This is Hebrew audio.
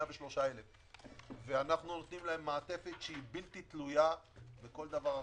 103,000. אנחנו נותנים להם מעטפת בלתי תלויה בכל דבר אחר,